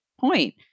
point